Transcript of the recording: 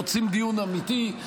רוצים דיון אמיתי,